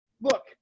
look